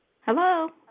hello